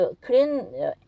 clean